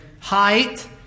height